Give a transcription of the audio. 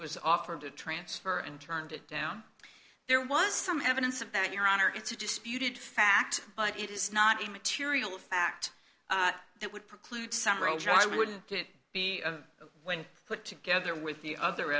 was offered to transfer and turned it down there was some evidence of that your honor it's a disputed fact but it is not a material fact that would preclude some rolls or i wouldn't it be when put together with the other